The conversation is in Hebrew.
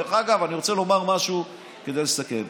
דרך אגב, אני רוצה לומר משהו כדי לסכם.